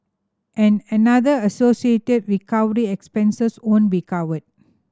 and another associated recovery expenses won't be covered